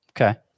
Okay